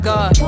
God